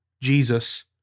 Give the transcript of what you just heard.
Jesus